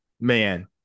Man